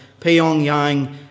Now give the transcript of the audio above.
Pyongyang